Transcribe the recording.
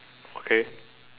okay